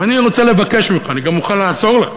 ואני רוצה לבקש ממך, אני גם מוכן לעזור לך,